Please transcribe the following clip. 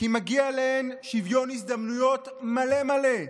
כי מגיע להן שוויון הזדמנויות מלא מלא.